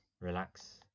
relax